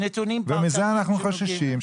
ומזה אנו חוששים,